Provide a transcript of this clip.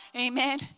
Amen